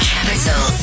Capital